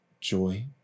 joy